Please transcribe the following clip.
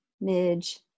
Midge